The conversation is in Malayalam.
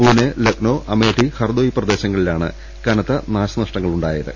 പൂനെ ലക്നൌ അമേഠി ഹർദോയ് പ്രദേശങ്ങ ളിലാണ് കനത്ത നാശനഷ്ടങ്ങളുണ്ടായത്